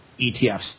ETFs